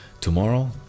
tomorrow